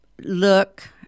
look